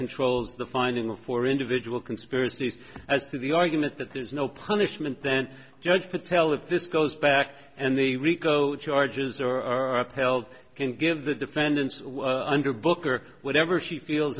controls the finding of four individual conspiracies as to the argument that there's no punishment then judge patel if this goes back and the rico charges are are upheld can give the defendants under book or whatever she feels